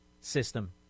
system